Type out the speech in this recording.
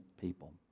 people